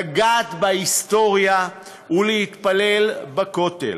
לגעת בהיסטוריה ולהתפלל בכותל.